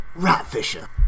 Ratfisher